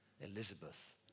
Elizabeth